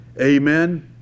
Amen